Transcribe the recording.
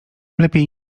lepiej